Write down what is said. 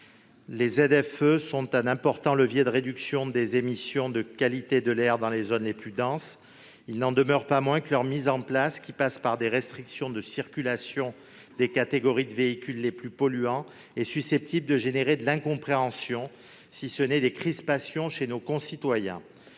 Les ZFE sont un important levier de réduction des émissions et d'amélioration de la qualité de l'air dans les zones les plus denses. Il n'en demeure pas moins que leur mise en place, qui passe par des restrictions de circulation des catégories de véhicules les plus polluants, est susceptible de susciter de l'incompréhension, voire des crispations, chez nos concitoyens.